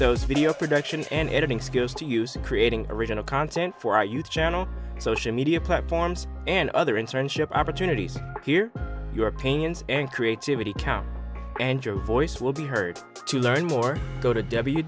those video productions and editing skills to use creating original content for our youth channel social media platforms and other internship opportunities here your opinions and creativity count and your voice will be heard to learn more go to